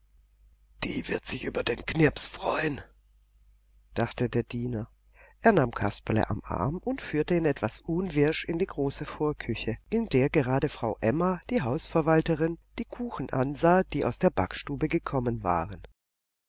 die wird sich über den knirps freuen dachte der diener er nahm kasperle am arm und führte ihn etwas unwirsch in die große vorküche in der gerade frau emma die hausverwalterin die kuchen ansah die aus der backstube gekommen waren